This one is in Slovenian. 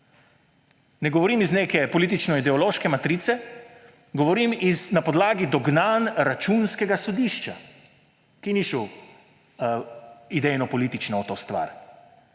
Ne govorim iz neke politično-ideološke matrice, govorim na podlagi dognanj Računskega sodišča, ki ni šel idejno-politično v to stvar,